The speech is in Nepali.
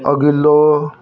अघिल्लो